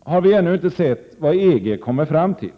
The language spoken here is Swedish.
har vi ännu inte sett vad EG kommer fram till.